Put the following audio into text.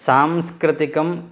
सांस्कृतिकं